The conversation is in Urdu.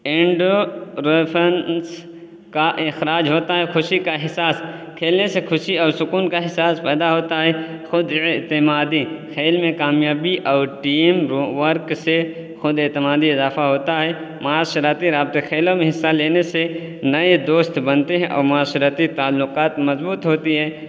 اینڈروروفنس کا اخراج ہوتا ہے خوشی کا احساس کھیلنے سے خوشی اور سکون کا احساس پیدا ہوتا ہے خود اعتمادی کھیل میں کامیابی اور ٹیم ورک سے خود اعتمادی اضافہ ہوتا ہے معاشرتی رابطے کھیلوں میں حصہ لینے سے نئے دوست بنتے ہیں اور معاشرتی تعلقات مضبوط ہوتی ہے